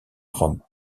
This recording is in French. rome